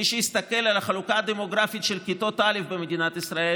מי שיסתכל על החלוקה הדמוגרפית של כיתות א' במדינת ישראל